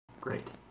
Great